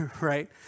right